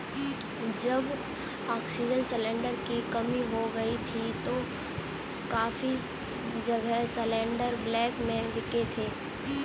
जब oxygen cylinder की कमी हो गई थी तो काफी जगह सिलेंडरस ब्लैक में बिके थे